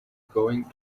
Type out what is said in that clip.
going